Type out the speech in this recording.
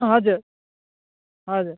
हजुर हजुर